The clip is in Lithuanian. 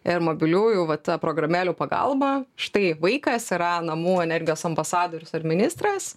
ir mobiliųjų va ta programėlių pagalba štai vaikas yra namų energijos ambasadorius ar ministras